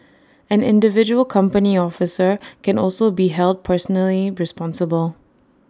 an individual company officer can also be held personally responsible